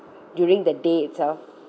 during the day itself